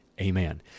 Amen